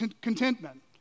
Contentment